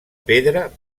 pedra